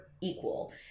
equal